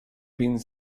been